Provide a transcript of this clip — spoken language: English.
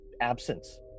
absence